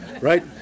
right